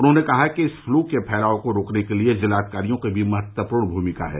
उन्होंने कहा कि इस फ्लू के फैलाव को रोकने के लिए जिलाधिकारियों की भी महत्वपूर्ण भूमिका है